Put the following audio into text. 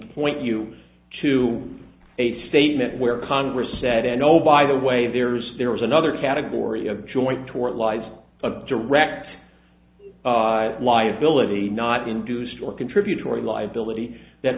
point you to a statement where congress said oh by the way there's there was another category of joint tort lies of direct liability not induced or contributory liability that